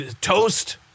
Toast